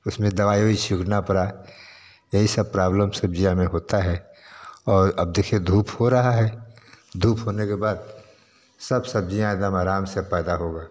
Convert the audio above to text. उसमें दवाई उई पड़ा ए ही सब प्राब्लम सब्ज़ियाँ में होता है और अब देखिए धूप हो रहा है धूप होने के बाद सब सब्ज़ियाँ एकदम आराम से पैदा होगा